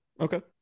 Okay